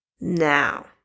now